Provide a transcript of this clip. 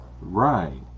right